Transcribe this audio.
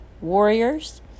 warriors